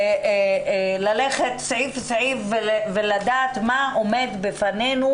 ללכת סעיף-סעיף ולדעת מה עומד בפנינו